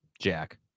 Jack